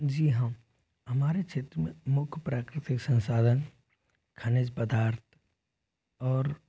जी हाँ हमारे क्षेत्र में मुख्य प्राकृतिक संसाधन खनिज पदार्थ और